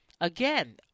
again